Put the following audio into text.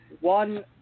one